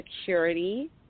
security